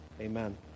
Amen